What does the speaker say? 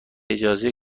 اجازه